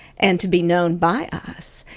and to be known by us,